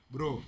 Bro